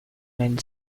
nel